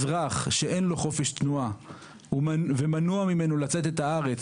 אזרח שאין לו חופש תנועה ומנוע ממנו לצאת מהארץ